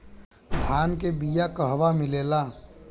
धान के बिया कहवा मिलेला?